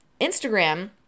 Instagram